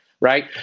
right